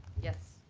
yes.